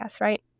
right